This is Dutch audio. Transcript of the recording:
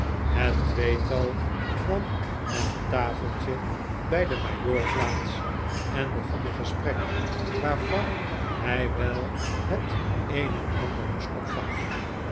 het tweetal nam aan het tafeltjc bij den majoor plaats en begon een gesprek waarvan hij wel het een en ander moest opvangen